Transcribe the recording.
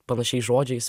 panašiais žodžiais